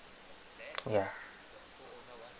ya